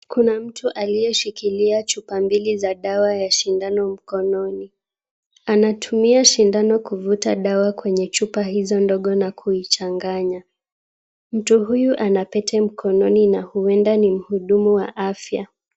Kuna mtu aliyeshikilia chupa mbili za dawa ya sindano mkononi. Anatumia sindano kuvuta dawa kwenye chupa hizo ndogo na kuichanganya. Mtu huyu ana pete mkononi na huenda ni mhudumu wa afya.